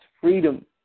Freedom